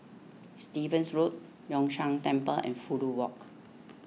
Stevens Road Yun Shan Temple and Fudu Walk